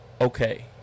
okay